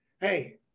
hey